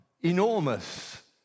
enormous